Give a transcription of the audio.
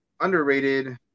underrated